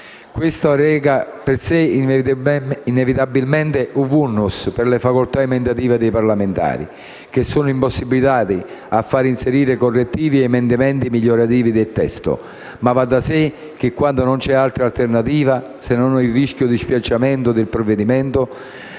Questo reca con sé, inevitabilmente, un *vulnus* per le facoltà emendative dei parlamentari, che sono impossibilitati a far inserire correttivi ed emendamenti migliorativi del testo. Ma va da sé che quando non c'è altra alternativa, se non il rischio di spiaggiamento del provvedimento